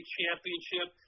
championship